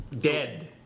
Dead